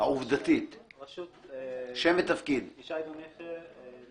אפשר להתווכח על אותה אמירה שאמרה שה-non-refundable